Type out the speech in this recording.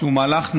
שהוא מהלך נכון,